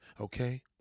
Okay